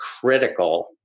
critical